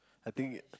I think that